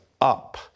up